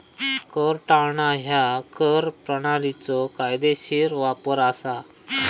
कर टाळणा ह्या कर प्रणालीचो कायदेशीर वापर असा